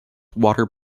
water